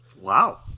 Wow